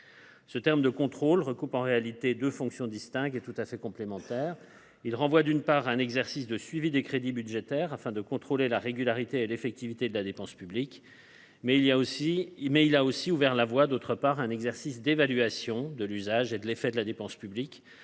Le terme « contrôle » recoupe, en réalité, deux fonctions distinctes et tout à fait complémentaires. D’une part, il renvoie à un exercice de suivi des crédits budgétaires, afin de contrôler la régularité et l’effectivité de la dépense publique. D’autre part, il a ouvert la voie à un exercice d’évaluation de l’usage et de l’effet de la dépense publique,